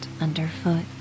underfoot